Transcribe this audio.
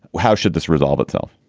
how should this resolve itself?